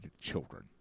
children